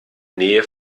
nähe